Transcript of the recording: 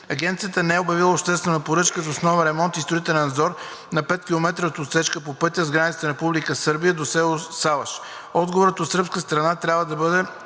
Агенцията не е обявила обществените поръчки за основен ремонт и строителен надзор на петкилометровата отсечка на пътя от границата с Република Сърбия до село Салаш. Отговорът от сръбска страна е трябвало да бъде